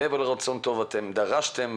מעבר לרצון טוב אתם דרשתם.